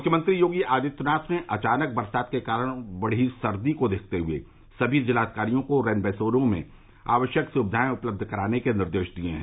मुख्यमंत्री योगी आदित्यनाथ ने अचानक बरसात के कारण बढ़ी सर्दी को देखते हुए सभी जिलाधिकारियों को रैनबसेरों में आवश्यक सुविधाए उपलब्ध कराने के निर्देश दिए हैं